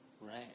Right